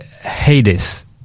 Hades